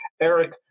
Eric